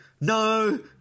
No